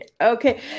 Okay